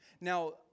Now